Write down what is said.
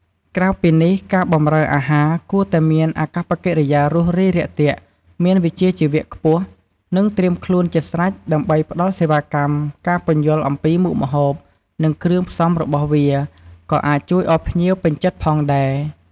ក្រៅពីនេះ ការបម្រើអាហារ គួរតែមានអាកប្បកិរិយារួសរាយរាក់ទាក់ មានវិជ្ជាជីវៈខ្ពស់ និងត្រៀមខ្លួនជាស្រេចដើម្បីផ្តល់សេវាកម្ម ការពន្យល់អំពីមុខម្ហូប និងគ្រឿងផ្សំរបស់វា ក៏អាចជួយឲ្យភ្ញៀវពេញចិត្តផងដែរ។